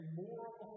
moral